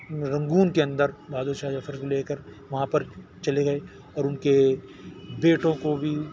رنگون کے اندر بہادر شاہ ظفر کو لے کر وہاں پر چلے گئے اور ان کے بیٹوں کو بھی